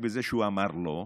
בזה שהוא אמר לא,